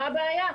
מה הבעיה?